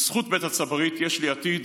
בזכות בית הצברית יש לי עתיד,